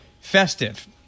festive